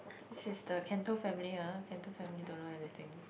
this is the Canto family ah Canto family don't know anything